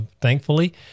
thankfully